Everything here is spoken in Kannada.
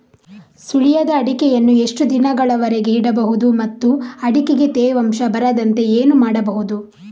ಸುಲಿಯದ ಅಡಿಕೆಯನ್ನು ಎಷ್ಟು ದಿನಗಳವರೆಗೆ ಇಡಬಹುದು ಮತ್ತು ಅಡಿಕೆಗೆ ತೇವಾಂಶ ಬರದಂತೆ ಏನು ಮಾಡಬಹುದು?